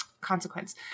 consequence